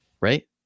Right